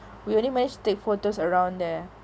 we only managed to take photos around there